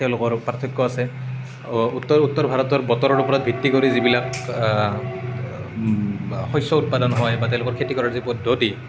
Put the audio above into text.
তেওঁলোকৰ পাৰ্থক্য আছে উত্তৰ ভাৰতৰ বতৰৰ ওপৰত ভিত্তি কৰি যিবিলাক শস্য উৎপাদন হয় তেওঁলোকৰ খেতি কৰাৰ যি পদ্ধতি